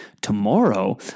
tomorrow